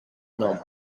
nom